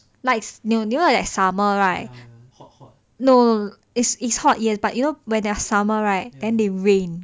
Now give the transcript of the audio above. likes 牛牛 like summer right no is is hot yes but you know when their summer right then they rain